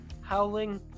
howling